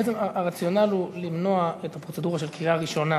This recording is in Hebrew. הרציונל הוא למנוע את הפרוצדורה של הקריאה הראשונה